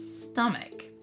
stomach